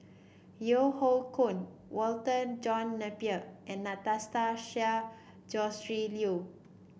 Yeo Hoe Koon Walter John Napier and Anastasia Tjendri Liew